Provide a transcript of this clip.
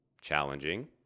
challenging